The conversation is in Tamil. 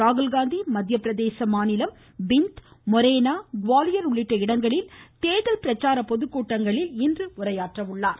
ராகுல்காந்தி மத்திய பிரதேச மாநிலம் பிந்த் மொரேனா குவாலியர் உள்ளிட்ட இடங்களில் தேர்தல் பிரச்சார பொதுக்கூட்டங்களில் இன்று உரையாற்ற உள்ளார்